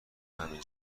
همین